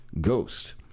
Ghost